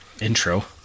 Intro